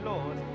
Lord